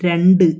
രണ്ട്